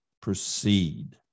proceed